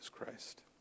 Christ